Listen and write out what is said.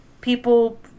people